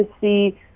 see